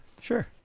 Sure